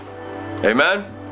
Amen